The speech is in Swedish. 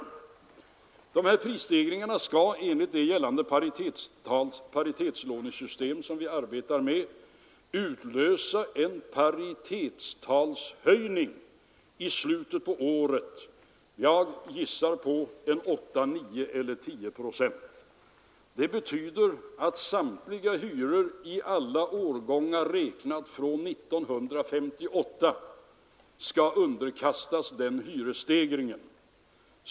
30 januari 1974 De här prisstegringarna skall enligt det gällande paritetslånesystem — som vi arbetar med utlösa en paritetstalshöjning i slutet på året. Jag gissar på 8, 9 eller 10 procent. Det betyder att samtliga hyror i alla årgångar räknat från 1958 skall underkastas den hyresstegringen.